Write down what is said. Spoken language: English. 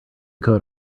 coat